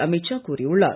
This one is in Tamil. அமீத் ஷா கூறியுள்ளார்